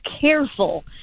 careful